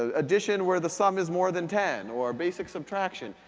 ah addition where the sum is more than ten, or basic subtraction.